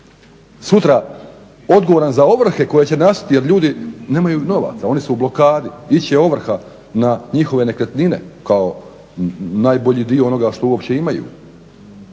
sutra odgovoran za ovrhe koje će nastati jer ljudi nemaju novaca? Oni su u blokadi, ići će ovrha na njihove nekretnine kao najbolji dio onoga što uopće imaju.